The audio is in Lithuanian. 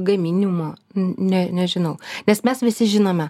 gaminimo n ne nežinau nes mes visi žinome